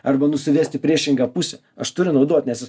arba nusivest į priešingą pusę aš turiu naudot nes